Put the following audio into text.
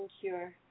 cure